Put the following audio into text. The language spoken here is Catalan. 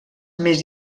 més